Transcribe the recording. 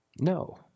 No